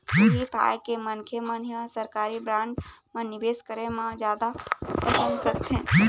उही पाय के मनखे मन ह सरकारी बांड म निवेस करे म जादा पंसद करथे